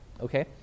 okay